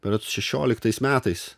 berods šešioliktais metais